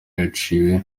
yaciwe